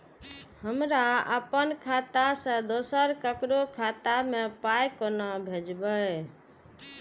हमरा आपन खाता से दोसर ककरो खाता मे पाय कोना भेजबै?